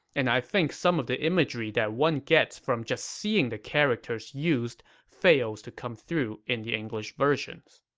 and i think some of the imagery that one gets from just seeing the characters used fails to come through in the english versions